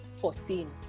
foreseen